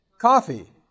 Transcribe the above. coffee